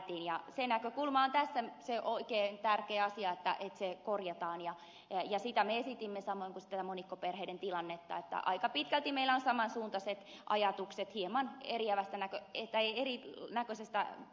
se näkökulma on tässä se oikein tärkeä asia että se korjataan ja sitä me esitimme samoin kuin sitä monikkoperheiden tilannetta että aika pitkälti meillä on tässä saman suuntaiset ajatukset hieman erinäköisestä katsantokulmasta kristillisdemokraattien kanssa